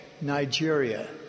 Nigeria